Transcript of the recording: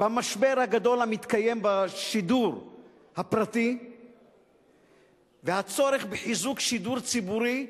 במשבר הגדול המתקיים בשידור הפרטי והצורך בחיזוק שידור ציבורי,